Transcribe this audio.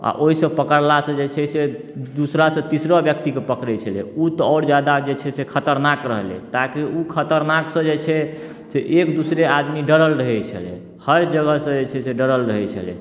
आओर ओहिसँ पकड़लासँ जे छै से दोसरासँ तीसरा व्यक्तिके पकड़ै छलै ओ तऽ आओर ज्यादा जे छै से खतरनाक रहलै ताकि ओ खतरनाकसँ जे छै से एक दोसरा आदमी डरल रहै छलै हर जगहसँ जे छै से डरल रहै छलै